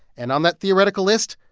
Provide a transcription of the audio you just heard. and on that theoretical list,